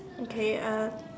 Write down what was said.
okay uh